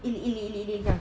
一粒一粒一粒粒这样